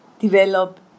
develop